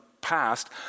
past